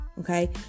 okay